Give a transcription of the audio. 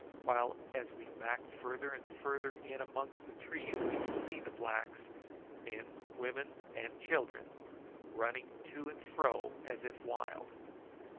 while as we backed farther and farther in amongst the trees we could see the blacks men, women, and children running to and fro as if wild.